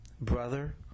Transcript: Brother